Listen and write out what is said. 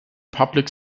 public